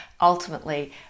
ultimately